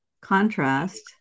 contrast